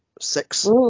six